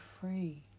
free